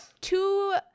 two